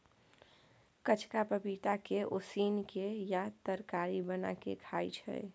कचका पपीता के उसिन केँ या तरकारी बना केँ खाइ छै